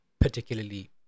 particularly